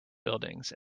buildings